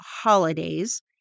holidays